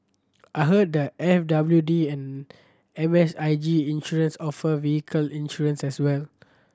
I heard that F W D and M S I G Insurance offer vehicle insurance as well